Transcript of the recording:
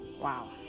wow